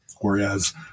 Whereas